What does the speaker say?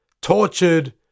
tortured